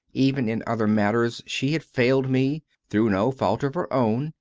even in other matters she had failed me, through no fault of her own,